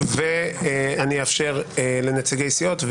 אני אאפשר לנציגי סיעות,